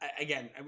Again